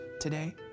today